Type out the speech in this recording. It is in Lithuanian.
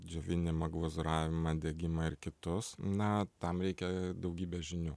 džiovinimą glazūravimą degimą ir kitus na tam reikia daugybės žinių